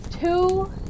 two